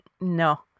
no